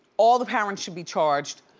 all the parents should be charged.